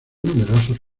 numerosos